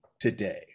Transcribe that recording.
today